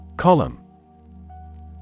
C-O-L-U-M-N